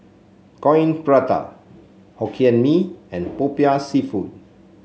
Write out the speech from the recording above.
Coin Prata Hokkien Mee and Popiah seafood